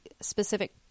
specific